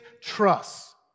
trust